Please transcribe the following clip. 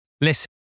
listen